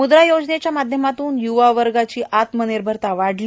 मुद्रा योजनेच्या माध्यमातून युवा वर्ग आत्मनिर्भरता वाढली